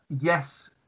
yes